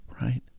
right